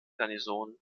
garnison